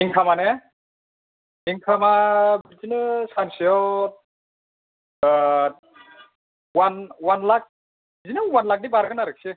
इंखामाने इंखामा बिदिनो सानसेयाव वान लाख बिदिनो वान लाखनि बारगोन आरोखि